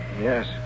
Yes